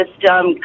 system